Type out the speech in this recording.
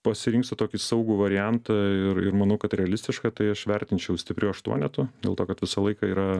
pasirinksiu tokį saugų variantą ir ir manau kad realistišką tai aš vertinčiau stipriu aštuonetu dėl to kad visą laiką yra